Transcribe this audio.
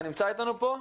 אתה נמצא איתנו פה?